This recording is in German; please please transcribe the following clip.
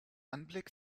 anblick